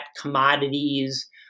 commodities